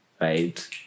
Right